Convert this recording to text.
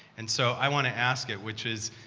and so i want to ask it, which is,